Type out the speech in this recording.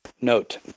Note